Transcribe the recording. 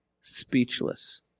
speechless